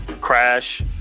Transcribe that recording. Crash